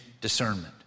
discernment